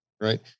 right